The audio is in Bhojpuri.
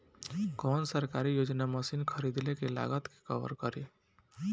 कौन सरकारी योजना मशीन खरीदले के लागत के कवर करीं?